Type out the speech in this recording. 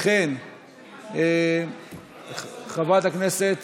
וכן את חברות הכנסת